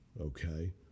okay